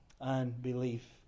unbelief